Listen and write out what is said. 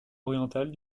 orientale